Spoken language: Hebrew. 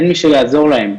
אין מי שיעזור להם.